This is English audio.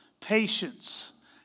patience